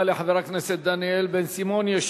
תודה לחבר הכנסת דניאל בן-סימון.